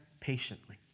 patiently